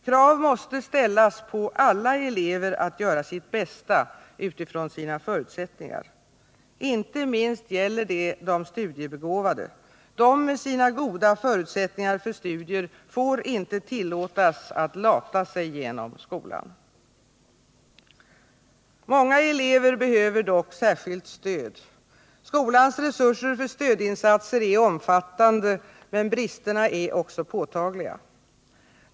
Krav måste ställas på alla elever att göra sitt bästa utifrån sina förutsättningar. Inte minst gäller detta de studiebegåvade. De med goda förutsättningar för studier får inte tillåtas att lata sig genom skolan. Många elever behöver dock särskilt stöd. Skolans resurser för stödinsatser är omfattande. Men bristerna är också påtagliga.